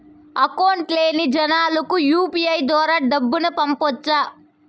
Account లేని జనాలకు UPI ద్వారా డబ్బును పంపొచ్చా?